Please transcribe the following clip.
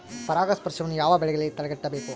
ಪರಾಗಸ್ಪರ್ಶವನ್ನು ಯಾವ ಬೆಳೆಗಳಲ್ಲಿ ತಡೆಗಟ್ಟಬೇಕು?